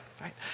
right